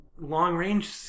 long-range